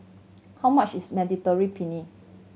how much is Mediterranean Penne